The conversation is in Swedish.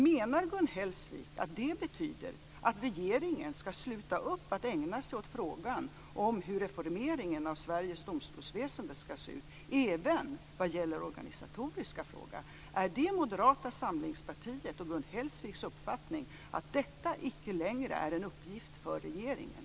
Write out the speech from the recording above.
Menar Gun Hellsvik att det betyder att regeringen skall sluta att ägna sig åt frågan hur reformeringen av Sveriges domstolsväsende skall se ut även vad gäller organisatoriska frågor? Är det Moderata samlingspartiets och Gun Hellsviks uppfattning att detta icke längre är en uppgift för regeringen?